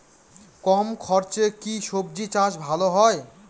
কম খরচে কি সবজি চাষ ভালো হয়?